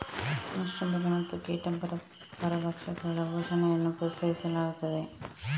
ಮಿಶ್ರ ಬೆಳೆ ಮತ್ತು ಕೀಟ ಪರಭಕ್ಷಕಗಳ ಪೋಷಣೆಯನ್ನು ಪ್ರೋತ್ಸಾಹಿಸಲಾಗುತ್ತದೆ